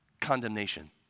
condemnation